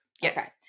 Yes